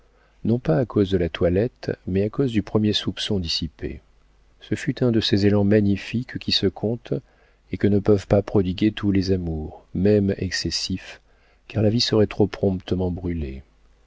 non pas à cause de la toilette mais à cause du premier soupçon dissipé ce fut un de ces élans magnifiques qui se comptent et que ne peuvent pas prodiguer tous les amours même excessifs car la vie serait trop promptement brûlée